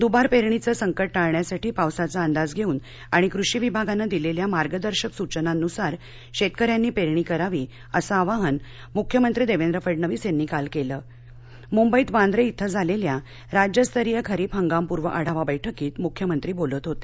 दुबार पेरणीचं संकट टाळण्यासाठी पावसाचा अंदाज धेऊन आणि कृषी विभागानं दिलेल्या मार्गदर्शक सूचनांनुसार शेतकऱ्यांनी पेरणी करावी असं आवाहन मुख्यमंत्री देवेंद्र फडणवीस यांनी काल केलं मुंबईत वांद्रे इथं झालेल्या राज्यस्तरीय खरीप हंगामपूर्व आढावा बैठकीत मुख्यमंत्री बोलत होते